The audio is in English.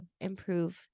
improve